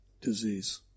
disease